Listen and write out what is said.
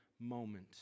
moment